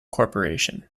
corporation